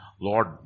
Lord